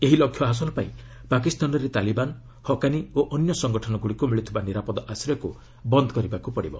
ଏହି ଲକ୍ଷ୍ୟ ହାସଲ ପାଇଁ ପାକିସ୍ତାନରେ ତାଲିବାନ ହକାନି ଓ ଅନ୍ୟ ସଂଗଠନଗୁଡ଼ିକୁ ମିଳୁଥିବା ନିରାପଦ ଆଶ୍ର୍ୟକୁ ବନ୍ଦ କରିବାକୁ ହେବ